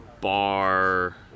bar